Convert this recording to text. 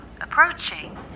approaching